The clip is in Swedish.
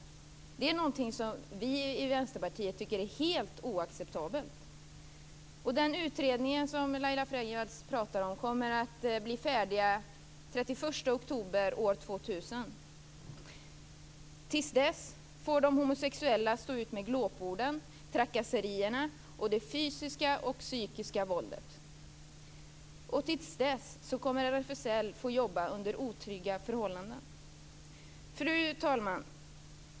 Det är någonting som vi i Vänsterpartiet tycker är helt oacceptabelt. Den utredning som Laila Freivalds talar om kommer att bli färdig den 31 oktober 2000. Till dess får de homosexuella stå ut med glåporden, trakasserierna och det fysiska och psykiska våldet. Till dess kommer RFSL att få jobba under otrygga förhållanden. Fru talman!